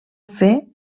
fer